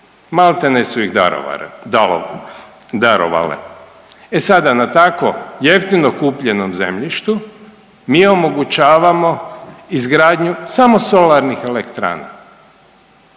Maltene su iz darovale. E sada na takvo jeftino kupljenom zemljištu mi omogućavamo izgradnju samo solarnih elektrana.